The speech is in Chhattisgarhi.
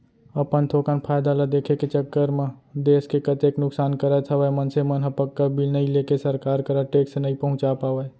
अपन थोकन फायदा ल देखे के चक्कर म देस के कतेक नुकसान करत हवय मनसे मन ह पक्का बिल नइ लेके सरकार करा टेक्स नइ पहुंचा पावय